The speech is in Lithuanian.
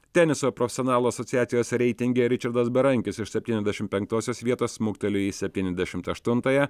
teniso profesionalų asociacijos reitinge ričardas berankis iš septyniasdešim penktosios vietos smuktelėjo į septyniasdešimt aštuntąją